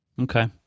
Okay